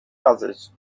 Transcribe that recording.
others